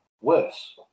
worse